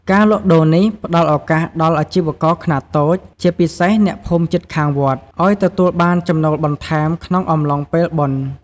ការលក់ដូរនេះផ្ដល់ឱកាសដល់អាជីវករខ្នាតតូច ជាពិសេសអ្នកភូមិជិតខាងវត្ត ឱ្យទទួលបានចំណូលបន្ថែមក្នុងអំឡុងពេលបុណ្យ។